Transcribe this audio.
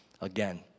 again